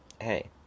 hey